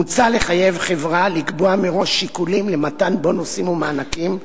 מוצע לחייב חברה לקבוע מראש שיקולים למתן בונוסים או מענקים,